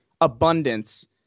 abundance